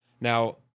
Now